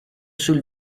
sul